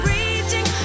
Reaching